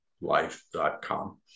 life.com